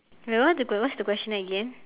wait what the qu~ what's the question again